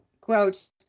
quote